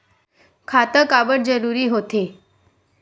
खाता काबर जरूरी हो थे?